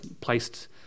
placed